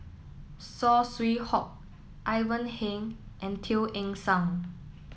Saw Swee Hock Ivan Heng and Teo Eng Seng